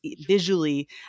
visually